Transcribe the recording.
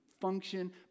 function